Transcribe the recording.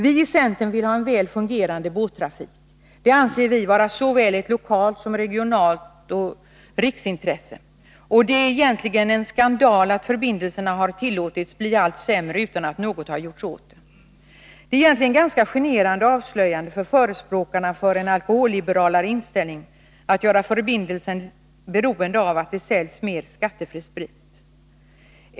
Vi i centern vill ha en väl fungerande båttrafik. Det anser vi vara såväl ett lokalt och regionalt som ett riksintresse. Det är egentligen en skandal att förbindelserna tillåtits bli allt sämre utan att någonting har gjorts åt det. Det är egentligen ganska generande och avslöjande för förespråkarna för en alkoholliberalare inställning att de vill göra förbindelsen beroende av att det säljs mera skattefri sprit.